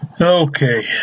Okay